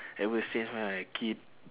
ever since when I a kid